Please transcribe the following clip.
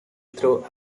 through